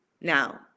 Now